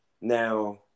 Now